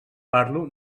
parlo